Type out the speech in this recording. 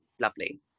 lovely